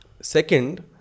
second